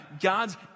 God's